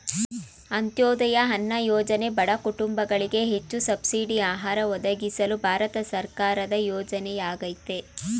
ಅಂತ್ಯೋದಯ ಅನ್ನ ಯೋಜನೆ ಬಡ ಕುಟುಂಬಗಳಿಗೆ ಹೆಚ್ಚು ಸಬ್ಸಿಡಿ ಆಹಾರ ಒದಗಿಸಲು ಭಾರತ ಸರ್ಕಾರದ ಯೋಜನೆಯಾಗಯ್ತೆ